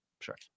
sure